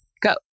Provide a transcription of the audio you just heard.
go